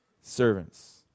servants